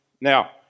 Now